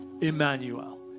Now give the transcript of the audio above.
Emmanuel